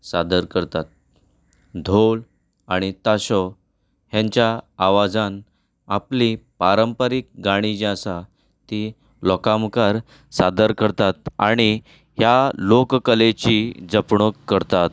सादर करतात ढोल आनी ताशो हेंच्या आवाजान आपली पारंपरीक गाणी जीं आसा ती लोकां मुखार सादर करतात आनी ह्या लोककलेची जपणूक करतात